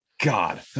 God